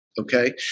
okay